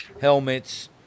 helmets